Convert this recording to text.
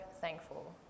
thankful